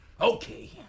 Okay